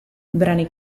brani